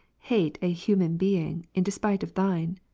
hate a human being in despite of thine.